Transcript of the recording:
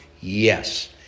Yes